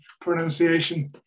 pronunciation